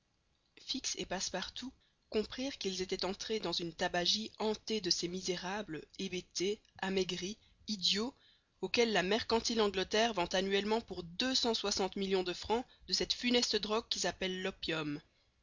fix et passepartout comprirent qu'ils étaient entrés dans une tabagie hantée de ces misérables hébétés amaigris idiots auxquels la mercantile angleterre vend annuellement pour deux cent soixante millions de francs de cette funeste drogue qui s'appelle l'opium